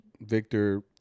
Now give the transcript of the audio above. Victor